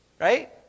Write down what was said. Right